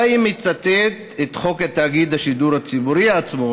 די אם נצטט את חוק תאגיד השידור הישראלי עצמו,